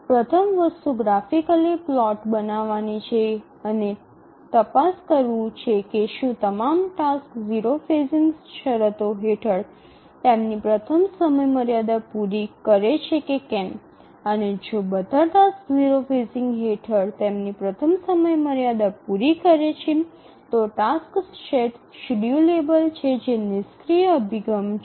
પ્રથમ વસ્તુ graphically plot બનાવવાની છે અને તપાસ કરવું છે કે શું તમામ ટાસક્સ 0 ફેઝિંગ શરતો હેઠળ તેમની પ્રથમ સમયમર્યાદા પૂરી કરે છે કે કેમ અને જો બધા ટાસક્સ 0 ફેઝિંગ હેઠળ તેમની પ્રથમ સમયમર્યાદા પૂરી કરે છે તો ટાસક્સ સેટ શેડ્યૂલેબલ છે જે નિષ્ક્રીય અભિગમ છે